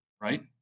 right